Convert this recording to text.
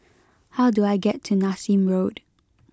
how do I get to Nassim Road